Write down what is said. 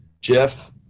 Jeff